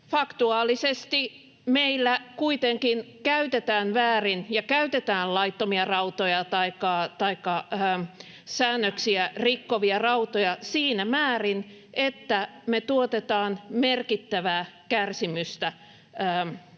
Faktuaalisesti meillä kuitenkin käytetään väärin ja käytetään laittomia rautoja taikka säännöksiä rikkovia rautoja siinä määrin, [Timo Heinosen välihuuto] että me tuotetaan merkittävää kärsimystä muille